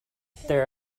there